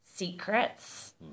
secrets